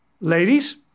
ladies